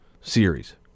series